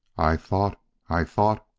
i thought i thought